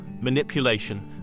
manipulation